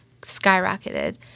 skyrocketed